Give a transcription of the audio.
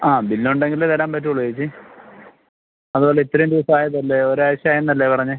ആ ബില്ലുണ്ടെങ്കിലേ തരാൻ പറ്റുകയുള്ളു ചേച്ചി അതുവല്ല ഇത്രയും ദിവസമായതല്ലേ ഒരാഴ്ച്ച എന്നല്ലെ പറഞ്ഞത്